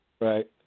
Right